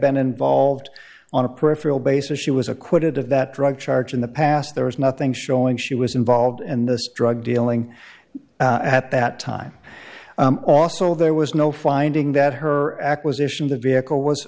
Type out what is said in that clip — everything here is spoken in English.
been involved on a peripheral basis she was acquitted of that drug charge in the past there was nothing showing she was involved in this drug dealing at that time also there was no finding that her acquisition the vehicle was